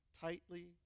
tightly